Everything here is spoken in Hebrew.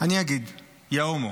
אני אגיד: יא הומו.